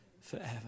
forever